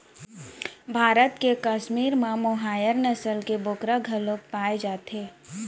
भारत के कस्मीर म मोहायर नसल के बोकरा घलोक पाए जाथे